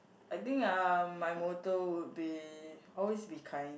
I think uh my motto would be always be kind